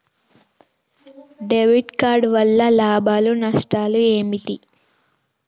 Debit card వల్ల లాభాలు నష్టాలు ఏమిటి?